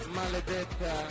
maledetta